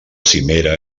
cimera